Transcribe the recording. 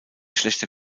schlechter